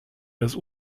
des